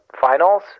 finals